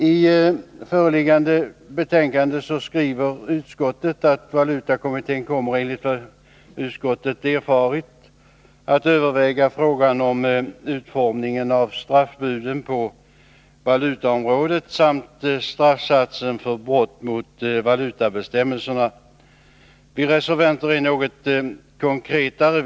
I föreliggande betänkande skriver utskottet att valutakommittén enligt vad utskottet erfarit kommer att överväga frågan om utformningen av straffbuden på valutaområdet samt straffsatsen för brott mot valutabestämmelserna. Vi reservanter är något konkretare.